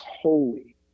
holy